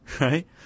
right